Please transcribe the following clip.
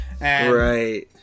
right